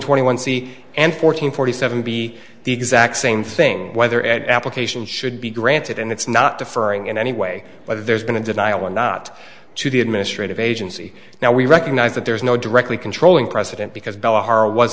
twenty one c and fourteen forty seven b the exact same thing whether an application should be granted and it's not deferring in any way whether there's been a denial or not to the administrative agency now we recognize that there is no directly controlling precedent because